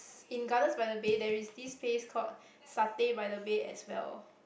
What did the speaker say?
in Gardens-by-the-Bay there is this place called Satay-by-the-Bay as well